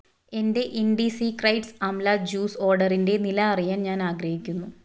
എന്റെ Indie Secrets amla juice ഓർഡറിന്റെ നില അറിയാൻ ഞാൻ ആഗ്രഹിക്കുന്നു